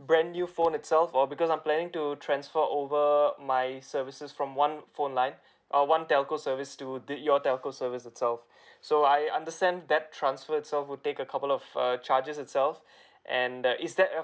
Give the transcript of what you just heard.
brand new phone itself or because I'm planning to transfer over my services from one phone line err one telco service to d~ your telco service itself so I understand that transfer itself would take a couple of err charges itself and that is that uh